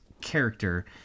character